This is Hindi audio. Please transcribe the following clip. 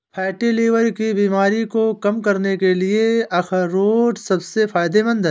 फैटी लीवर की बीमारी को कम करने के लिए अखरोट सबसे फायदेमंद है